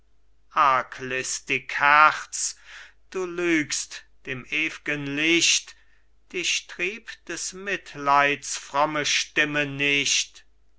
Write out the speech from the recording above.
arglistig herz du lügst dem ewgen licht dich trieb des mitleids fromme stimme nicht